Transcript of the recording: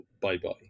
Bye-bye